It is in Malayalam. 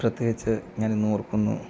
പ്രത്യേകിച്ച് ഞാൻ ഇന്നും ഓർക്കുന്നു